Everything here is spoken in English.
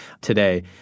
today